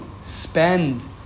spend